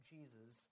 Jesus